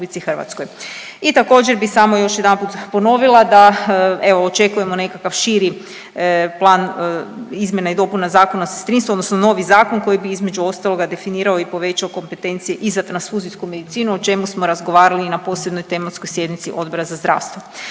I također, bi samo još jedanput ponovila da evo, očekujemo nekakav širi plan izmjena i dopuna Zakona o sestrinstvu, odnosno novi zakon koji bi, između ostaloga, definirao i povećao kompetencije i za transfuzijsku medicinu, o čemu smo razgovarali i na posebnoj tematskoj sjednici Odbor za zdravstvo.